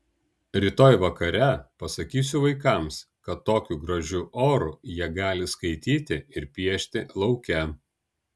rytoj vakare pasakysiu vaikams kad tokiu gražiu oru jie gali skaityti ir piešti lauke